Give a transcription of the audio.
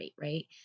right